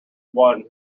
one